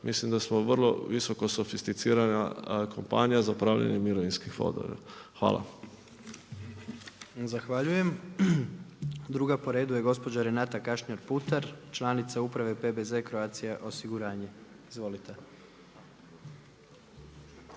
mislim da smo vrlo visoko sofisticirana kompanija za upravljanje mirovinskim fondovima. Hvala. **Jandroković, Gordan (HDZ)** Zahvaljujem. Druga po redu je gospođa Renata Kašnjar Putar, članica Uprave PBZ Croatia osiguranje. **Kašnjar